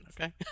okay